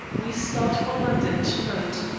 we start for london to-night.